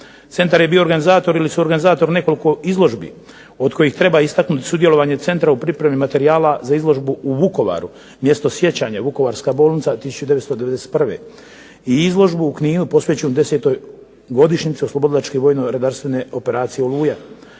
Centar je bio organizator ili suorganizator nekoliko izložbi od kojih treba istaknuti sudjelovanje centra u pripremi materijala za izložbu u Vukovaru, mjesto sjećanja Vukovarska bolnica 1991. i izložbu u Kninu posvećenu 10. godišnjici oslobodilačke vojno redarstvene operacije "Oluja".